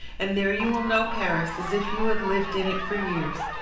and there you will know paris as if you had lived in it for years.